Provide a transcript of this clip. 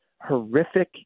horrific